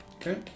Okay